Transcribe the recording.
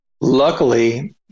Luckily